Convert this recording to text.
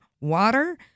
water